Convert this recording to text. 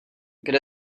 kde